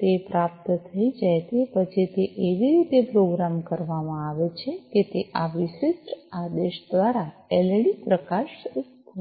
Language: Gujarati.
તે પ્રાપ્ત થઈ જાય તે પછી તે એવી રીતે પ્રોગ્રામ કરવામાં આવે છે કે તે આ વિશિષ્ટ આદેશ દ્વારા એલઇડી પ્રકાશિત થશે